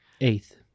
Eighth